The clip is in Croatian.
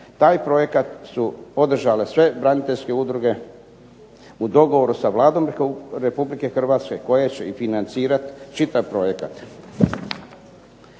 Taj projekat su podržale sve braniteljske udruge u dogovoru sa Vladom Republike Hrvatske koje će i financirati čitav projekat.